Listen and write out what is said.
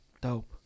Dope